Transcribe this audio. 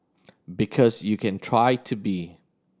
because you can try to be